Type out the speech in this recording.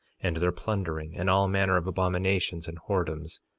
and their plundering, and all manner of abominations and whoredoms,